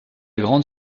grande